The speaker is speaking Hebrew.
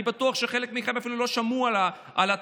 אני בטוח שחלק מכם אפילו לא שמעו על התורים